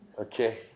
Okay